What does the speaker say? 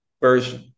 first